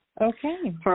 Okay